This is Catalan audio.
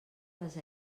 les